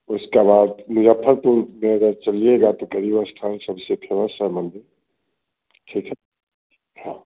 उसके बाद मुज़फ़्फ़रपुर में अगर चलिएगा तो स्थान सबसे फेमस है मंदिर ठीक है हाँ